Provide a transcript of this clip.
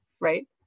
right